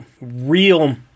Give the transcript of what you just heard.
real